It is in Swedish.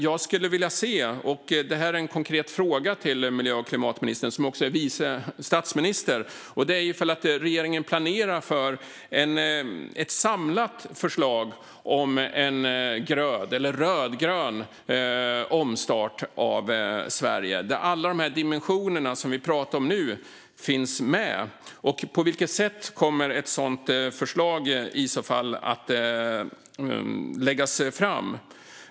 Jag skulle vilja ställa en konkret fråga till miljö och klimatministern, som också är vice statsminister, och den är om regeringen planerar för ett samlat förslag om en rödgrön omstart av Sverige där alla de här dimensionerna som vi talar om nu finns med. På vilket sätt kommer ett sådant förslag i så fall att läggas fram?